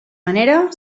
manera